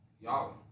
y'all